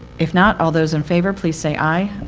if not, all those in favor, please say, aye.